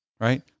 right